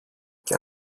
και